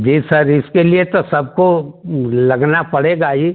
जी sir इसके लिए तो सबको लगना पड़ेगा ही